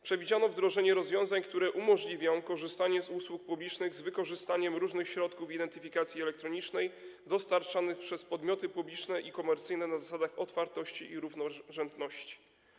Przewidziano wdrożenie rozwiązań, które umożliwią korzystanie z usług publicznych z użyciem różnych środków identyfikacji elektronicznej dostarczanych przez podmioty publiczne i komercyjne na zasadach otwartości i równorzędności.